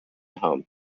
home